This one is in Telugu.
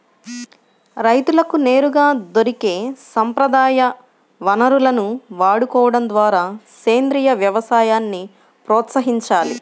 రైతులకు నేరుగా దొరికే సంప్రదాయ వనరులను వాడుకోడం ద్వారా సేంద్రీయ వ్యవసాయాన్ని ప్రోత్సహించాలి